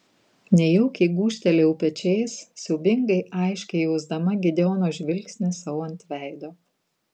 nejaukiai gūžtelėjau pečiais siaubingai aiškiai jausdama gideono žvilgsnį sau ant veido